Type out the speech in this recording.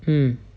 mm